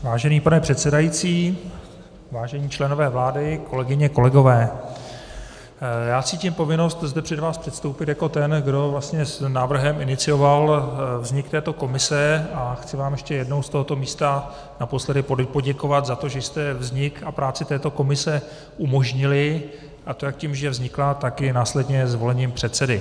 Vážený pane předsedající, vážení členové vlády, kolegyně, kolegové, já cítím povinnost zde před vás předstoupit jako ten, kdo vlastně s návrhem inicioval vznik této komise, a chci vám ještě jednou z tohoto místa naposledy poděkovat za to, že jste vznik a práci této komise umožnili, a to jak tím, že vznikla, tak i následně zvolením předsedy.